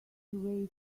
away